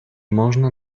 można